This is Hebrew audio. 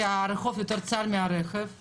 כי הרחוב יותר צר מרכב הכבאית.